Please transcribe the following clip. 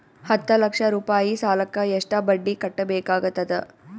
ಹತ್ತ ಲಕ್ಷ ರೂಪಾಯಿ ಸಾಲಕ್ಕ ಎಷ್ಟ ಬಡ್ಡಿ ಕಟ್ಟಬೇಕಾಗತದ?